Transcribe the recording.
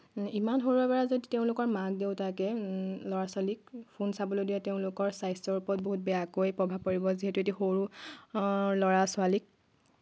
ইমান সৰুৰে পৰা যদি তেওঁলোকৰ মাক দেউতাকে ল'ৰা ছোৱালীক ফোন চাবলৈ দিয়ে তেওঁলোকৰ স্বাস্থ্যৰ ওপৰত বহুত বেয়াকৈ প্ৰভাৱ পৰিব যিহেতু সিহঁতে সৰু ল'ৰা ছোৱালীক